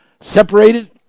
Separated